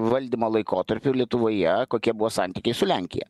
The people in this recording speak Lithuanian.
valdymo laikotarpiu lietuvoje kokie buvo santykiai su lenkija